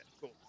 cool